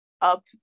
up